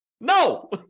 No